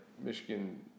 Michigan